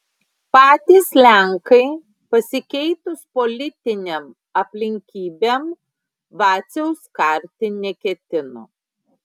patys lenkai pasikeitus politinėm aplinkybėm vaciaus karti neketino